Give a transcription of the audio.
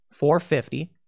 450